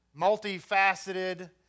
multifaceted